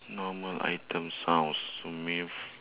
normal item sounds for me